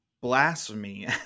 blasphemy